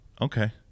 Okay